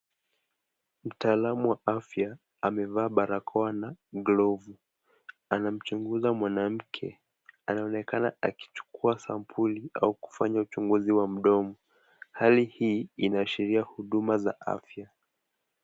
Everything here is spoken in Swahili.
Mtaalamu wa afya amevaa barakoa na glovu, anamchuguza mwanamke. Anaonekana akichukua sampuli au kufanya uchuguzi wa mdomo. Hali hii inaashiria huduma za afya.